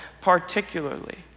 particularly